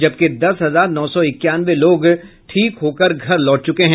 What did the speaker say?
जबकि दस हजार नौ सौ इक्यानवे लोग ठीक होकर घर लौट चुके हैं